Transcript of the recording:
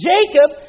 Jacob